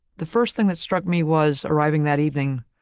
the first thing that struck me was, arriving that evening,